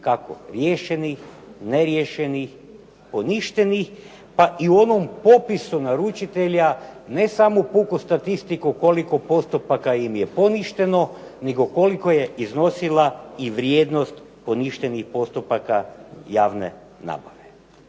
kako riješenih, neriješenih, poništenih, pa i u onom popisu naručitelja ne samo puku statistiku koliko postupaka im je poništeno, nego koliko je iznosila i vrijednost poništenih postupaka javne nabave.